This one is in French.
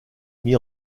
mis